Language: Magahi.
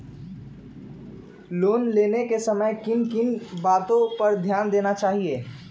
लोन लेने के समय किन किन वातो पर ध्यान देना चाहिए?